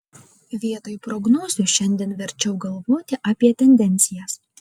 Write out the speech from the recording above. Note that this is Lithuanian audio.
vietoj prognozių šiandien verčiau galvoti apie tendencijas